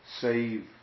save